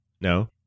No